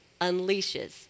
unleashes